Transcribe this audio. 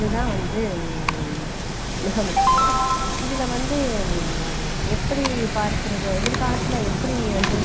அதுதான் வந்து மிக முக்கியம் இதில் வந்து எப்படி பார்க்கிறது எதிர்காலத்தில் எப்படி வந்து